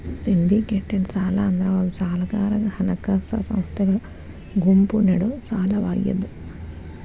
syndicated ಸಾಲ ಅಂದ್ರ ಒಬ್ಬ ಸಾಲಗಾರಗ ಹಣಕಾಸ ಸಂಸ್ಥೆಗಳ ಗುಂಪು ನೇಡೊ ಸಾಲವಾಗ್ಯಾದ